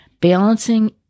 Balancing